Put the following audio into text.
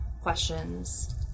questions